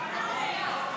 אנא.